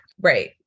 right